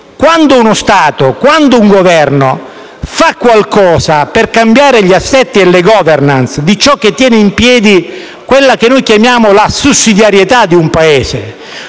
ad uno Stato e ad un Governo che fanno qualcosa per cambiare gli assetti e le *governance* di ciò che tiene in piedi quella che chiamiamo la sussidiarietà di un Paese